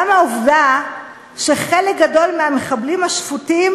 גם העובדה שחלק גדול מהמחבלים השפוטים